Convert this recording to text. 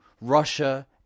Russia